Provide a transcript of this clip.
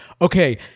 okay